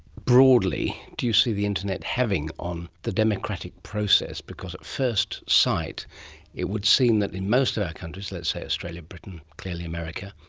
broadly, do you see the internet having on the democratic process? because at first sight it would seem that in most of our countries, let's say australia and britain, clearly america,